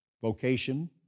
vocation